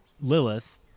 Lilith